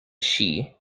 shi